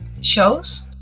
shows